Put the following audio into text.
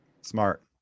smart